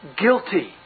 guilty